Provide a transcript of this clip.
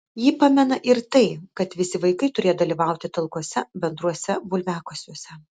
ji pamena ir tai kad visi vaikai turėjo dalyvauti talkose bendruose bulviakasiuose